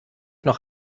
noch